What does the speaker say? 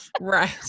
right